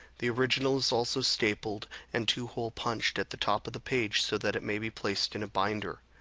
the original is also stapled and two-hole punched at the top of the page so that it may be placed in a binder.